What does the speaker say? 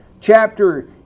chapter